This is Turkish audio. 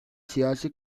siyasi